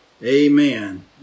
amen